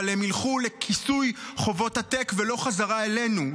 אבל הם ילכו לכיסוי חובות עתק ולא בחזרה אלינו.